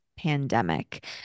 Pandemic